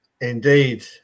indeed